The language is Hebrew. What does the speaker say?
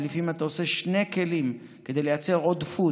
ולפעמים אתה עושה שני כלים כדי לייצר עודפות,